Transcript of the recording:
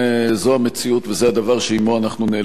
וזה הדבר שעמו אנחנו נאלצים להתמודד כאן,